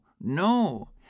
no